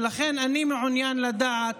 ולכן אני מעוניין לדעת